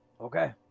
Okay